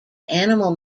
animal